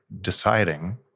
deciding